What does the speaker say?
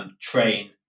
Train